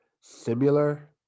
similar